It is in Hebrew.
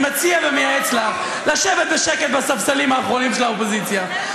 אני מציע ומייעץ לך לשבת בשקט בספסלים האחרונים של האופוזיציה,